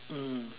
mm